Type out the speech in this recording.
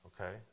Okay